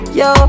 yo